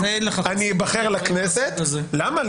אין לך חסינות --- למה?